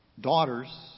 daughters